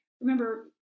remember